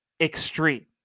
extreme